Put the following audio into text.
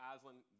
Aslan